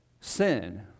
Sin